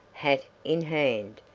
hat in hand.